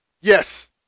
Yes